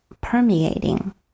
permeating